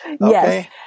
Yes